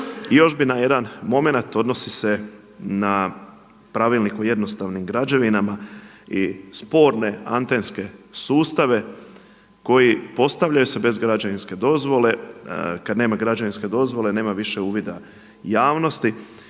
I još bih na jedan momenat, odnosi se na Pravilnik o jednostavnim građevinama i sporne antenske sustave koji postavljaju se bez građevinske dozvole. Kad nema građevinske dozvole nema više uvida javnosti.